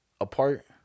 Apart